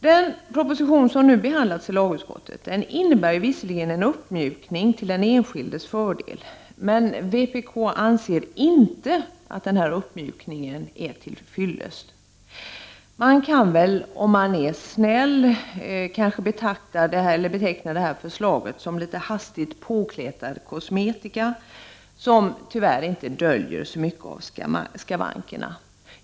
Den proposition som nu behandlas av lagutskottet innebär visserligen en uppmjukning till den enskildes fördel. Vpk anser dock inte att denna uppmjukning är till fyllest. Om man vill vara snäll kan man kanske beteckna förslaget som litet hastigt påkletad kosmetika, som tyvärr inte döljer så mycket av skavankerna.